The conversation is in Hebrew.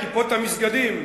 כיפות המסגדים,